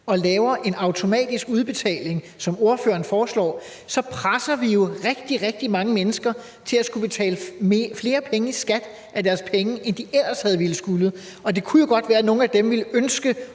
og laver en automatisk udbetaling, som ordføreren foreslår, så presser vi jo rigtig, rigtig mange mennesker til at skulle betale flere af deres penge i skat, end de ellers ville have skullet gøre. Og det kunne jo godt være, at nogle af dem ville ønske